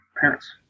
parents